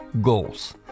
goals